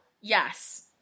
Yes